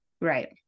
Right